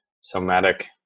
somatic